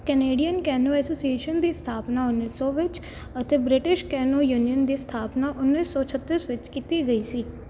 Canadian Canoe Association ਦੀ ਸਥਾਪਨਾ ਉੱਨੀ ਸੌ ਵਿੱਚ ਅਤੇ ਬ੍ਰਿਟਿਸ਼ ਕੈਨੋ ਯੂਨੀਅਨ ਦੀ ਸਥਾਪਨਾ ਉੱਨੀ ਸੌ ਛੱਤੀ ਵਿੱਚ ਕੀਤੀ ਗਈ ਸੀ